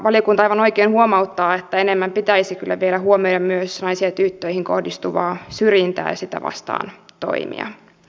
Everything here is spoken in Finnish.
valiokunta aivan oikein huomauttaa että enemmän pitäisi kyllä vielä huomioida myös naisiin ja tyttöihin kohdistuvaa syrjintää ja sitä vastaan toimia